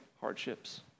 hardships